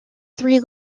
three